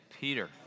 Peter